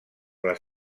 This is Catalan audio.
les